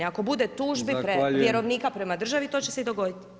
Ako bude tužbi vjerovnika prema državi, to će se i dogoditi.